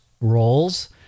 roles